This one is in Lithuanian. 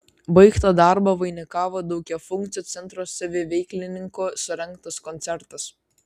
baigtą darbą vainikavo daugiafunkcio centro saviveiklininkų surengtas koncertas